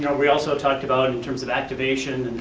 you know we also talked about in terms of activation,